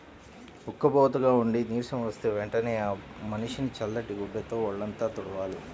ఉక్కబోతగా ఉండి నీరసం వస్తే వెంటనే ఆ మనిషిని చల్లటి గుడ్డతో వొళ్ళంతా తుడవాలి